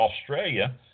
Australia